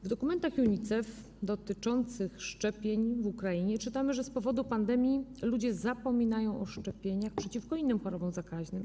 W dokumentach UNICEF dotyczących szczepień w Ukrainie czytamy, że z powodu pandemii ludzie zapominają o szczepieniach przeciwko innym chorobom zakaźnym.